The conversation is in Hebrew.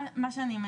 מה שאני,